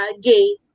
gay